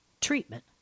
Treatment